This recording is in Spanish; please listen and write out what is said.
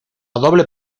doble